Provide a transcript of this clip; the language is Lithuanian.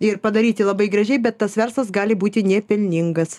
ir padaryti labai gražiai bet tas verslas gali būti nepelningas